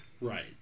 Right